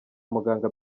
muganga